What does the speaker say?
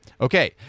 Okay